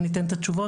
וניתן את התשובות,